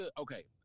okay